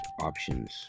options